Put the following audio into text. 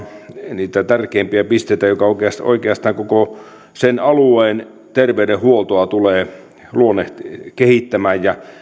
niitä tärkeimpiä pisteitä jotka oikeastaan koko sen alueen terveydenhuoltoa tulevat kehittämään ja